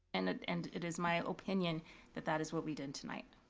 and it and it is my opinion that that is what we did tonight.